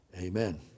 Amen